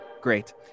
great